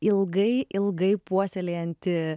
ilgai ilgai puoselėjanti